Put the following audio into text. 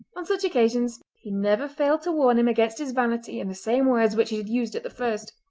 on such occasions he never failed to warn him against his vanity in the same words which he had used at the first.